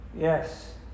Yes